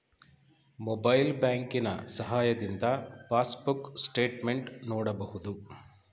mobile ಬ್ಯಾಂಕಿನ ಸಹಾಯದಿಂದ passbook statement ನೋಡಬಹುದು